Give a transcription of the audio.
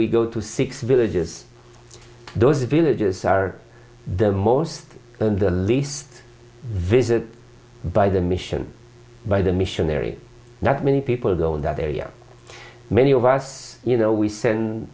we go to six villages those villages are the most and the least visit by the mission by the missionary that many people go in that area many of us you know we send